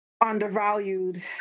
undervalued